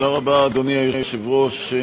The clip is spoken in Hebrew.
אדוני היושב-ראש,